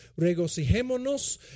regocijémonos